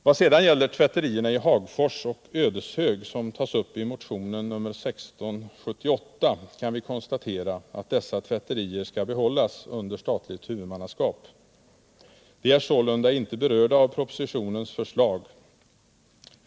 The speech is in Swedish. Vad sedan gäller tvätterierna i Hagfors och Ödeshög, som tas upp i motion nr 1678, kan vi konstatera att dessa tvätterier skall behållas under statligt huvudmannaskap. De är sålunda inte berörda av propositionens förslag.